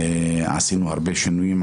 עד היום עשינו הרבה שינויים.